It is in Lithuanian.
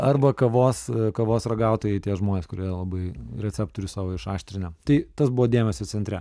arba kavos kavos ragautojai tie žmonės kurie labai receptorius savo išaštrinę tai tas buvo dėmesio centre